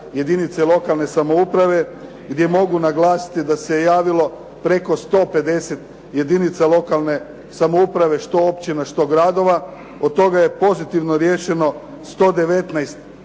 jedinice lokalne samouprave gdje mogu naglasiti da se je javilo preko 150 jedinica lokalne samouprave što općina što gradova. Od toga je pozitivno riješeno 119